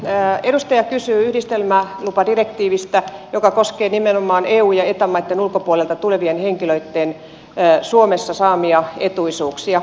edustaja kysyy yhdistelmälupadirektiivistä joka koskee nimenomaan eu ja eta maitten ulkopuolelta tulevien henkilöitten suomessa saamia etuisuuksia